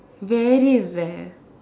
very rare